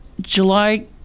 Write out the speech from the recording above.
July